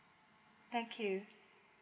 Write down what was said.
thank you